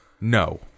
No